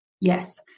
Yes